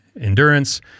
endurance